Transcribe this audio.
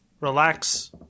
relax